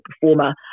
performer